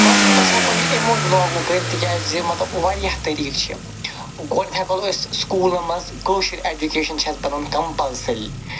گۄڈنٮ۪تھ أسۍ ہٮ۪کو یہِ یِمو وِلاگو کٔرِتھ تِکیٛازِ مطلب وارِیاہ طٔریٖقہٕ چھِ گۄڈٕ ہٮ۪کو أسۍ سُکوٗلن منٛز کٲشُر اٮ۪جُکیشن چھِ اَسہِ پَنُن کمپَلسٔری